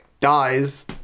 Dies